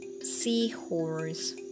Seahorse